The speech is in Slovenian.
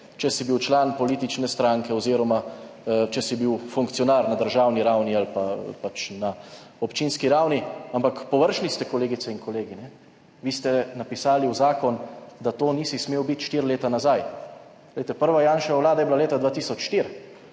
če si bil član politične stranke oziroma če si bil funkcionar na državni ravni ali pa pač na občinski ravni. Ampak površni ste, kolegice in kolegi! Vi ste napisali v zakon, da to nisi smel biti 4 leta nazaj. Glejte, prva Janševa Vlada je bila leta 2004.